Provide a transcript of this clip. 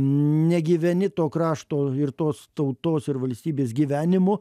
negyveni to krašto ir tos tautos ir valstybės gyvenimu